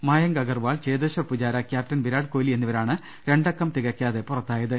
Mayank Agarwal Cheteshwar Pujara captain Virat Kohli എന്നിവരാണ് രണ്ടക്കം തികയ്ക്കാതെ പുറത്തായത്